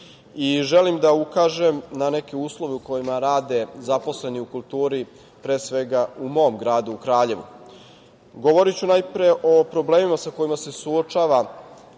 Srbije. Želim da ukažem na neke uslove u kojima rade zaposleni u kulturi, pre svega, u mom gradu, u Kraljevu. Govoriću najpre o problemima sa kojima se suočava